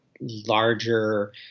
larger